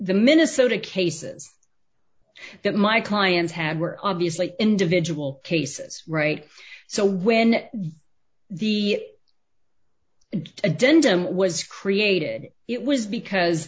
the minnesota cases that my clients had were obviously individual cases right so when the and a dent in was created it was because